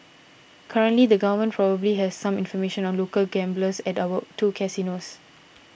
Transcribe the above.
currently the government probably has some information on local gamblers at our two casinos